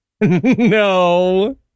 No